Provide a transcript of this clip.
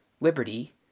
liberty